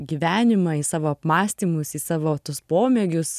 gyvenimą į savo apmąstymus į savo tuos pomėgius